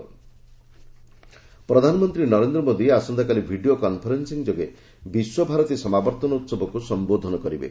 PM Visvabharati ପ୍ରଧାନମନ୍ତ୍ରୀ ନରେନ୍ଦ୍ର ମୋଦି ଆସନ୍ତାକାଲି video conference ଯୋଗେ ବିଶ୍ୱଭାରତୀର ସମାବର୍ତ୍ତନ ଉତ୍ସବକୁ ସମ୍ଭୋଧନ କରିବେ